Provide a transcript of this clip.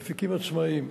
מפיקים עצמאים.